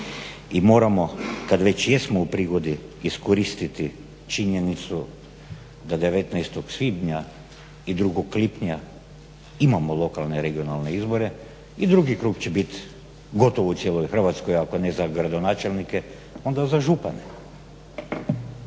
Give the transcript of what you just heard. I moramo kada već jesmo u prigodi iskoristiti činjenicu da 19.svibnja i 2.lipnja imamo lokalne, regionalne izbore i drugi krug će biti gotovo u cijeloj Hrvatskoj ako ne za gradonačelnike onda za župane.